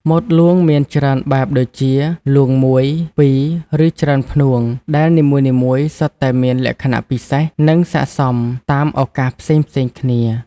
ម៉ូតលួងមានច្រើនបែបដូចជា លួងមួយ ពីរ ឬច្រើនផ្នួង ដែលនីមួយៗសុទ្ធតែមានលក្ខណៈពិសេស និងស័ក្តិសមតាមឱកាសផ្សេងៗគ្នា។